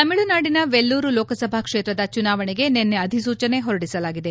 ತಮಿಳುನಾಡಿನ ವೆಲ್ಲೂರು ಲೋಕಸಭಾ ಕ್ಷೇತ್ರದ ಚುನಾವಣೆಗೆ ನಿನ್ನೆ ಅಧಿಸೂಚನೆ ಹೊರಡಿಸಲಾಗಿದೆ